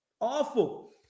Awful